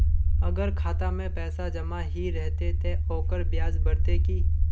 अगर खाता में पैसा जमा ही रहते ते ओकर ब्याज बढ़ते की?